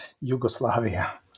Yugoslavia